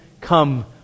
come